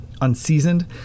unseasoned